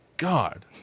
god